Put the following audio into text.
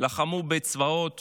לחמו בצבאות